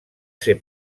ser